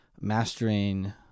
mastering